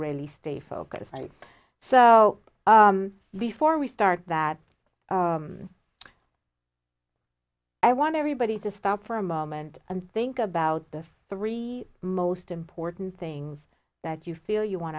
really stay focused like so before we start that i want everybody to stop for a moment and think about this three most important things that you feel you want